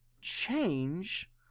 change